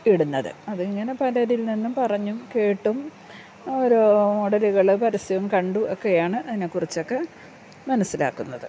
ഇടുന്നത് അതിൽ ഇങ്ങനെ പല ഇതിൽ നിന്നും പറഞ്ഞും കേട്ടും ഓരോ മോഡലുകൾ പരസ്യവും കണ്ടു ഒക്കെയാണ് അതിനെക്കുറിച്ചൊക്കെ മനസ്സിലാക്കുന്നത്